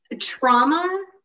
trauma